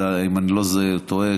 אם אני לא טועה,